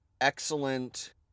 excellent